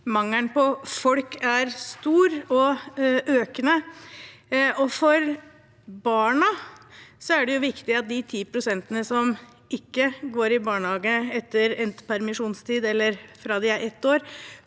mangelen på folk er stor og økende. For barna er det viktig at de 10 pst. som ikke går i barnehage etter endt permisjonstid eller fra de er ett år,